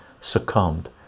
succumbed